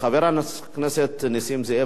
חבר הכנסת נסים זאב,